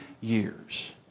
years